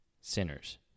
sinners